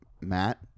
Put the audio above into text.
Matt